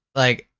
like,